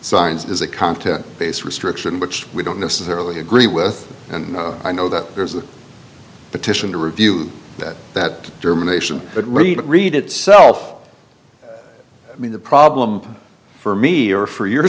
signs is a content based restriction which we don't necessarily agree with and i know that there's a petition to review that that germination but read it read itself i mean the problem for me or for your